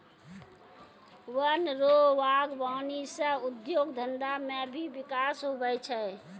वन रो वागबानी सह उद्योग धंधा मे भी बिकास हुवै छै